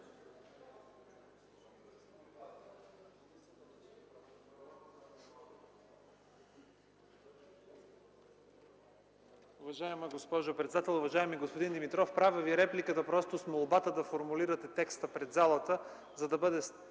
Уважаема госпожо председател! Уважаеми господин Димитров, правя Ви реплика с молба да формулирате текста пред залата, за да бъде